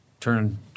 turn